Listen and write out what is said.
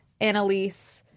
Annalise